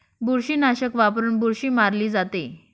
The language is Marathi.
बुरशीनाशक वापरून बुरशी मारली जाते